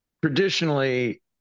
traditionally